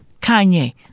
Kanye